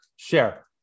Share